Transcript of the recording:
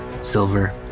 Silver